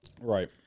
Right